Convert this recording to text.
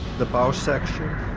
the bow section